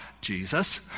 Jesus